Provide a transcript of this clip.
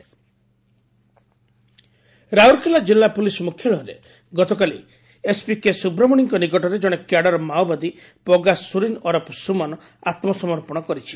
Mao ଆତ୍ମସମର୍ପଣ ରାଉରକେଲା କିଲ୍ଲା police ମୁଖ୍ୟାଳୟରେ ଗତକାଲି ଏସ୍ପି କେ ସୁବ୍ରମଶିଙ୍କ ନିକଟରେ କଣେ କ୍ୟାଡର୍ ମାଓବାଦୀ ପୋଗାସୁରୀନ୍ ଓରଫ୍ ସୁମନ ଆତ୍କସମର୍ପଣ କରିଛି